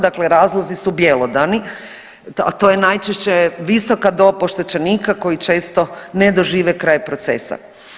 Dakle, razlozi su bjelodani, a to je najčešće visoka dob oštećenika koji često ne dožive kraj procesa.